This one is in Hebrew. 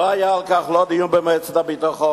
לא היה על כך דיון במועצת הביטחון,